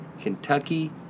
Kentucky